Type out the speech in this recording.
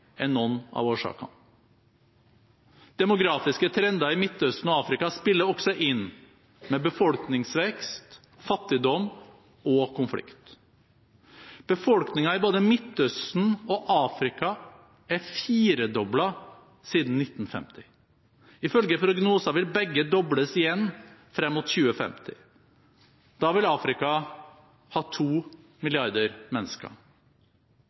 er noen av årsakene. Demografiske trender i Midtøsten og Afrika spiller også inn – med befolkningsvekst, fattigdom og konflikt. Befolkningen i både Midtøsten og Afrika er firedoblet siden 1950. Ifølge prognoser vil begge dobles igjen frem mot 2050. Da vil Afrika ha to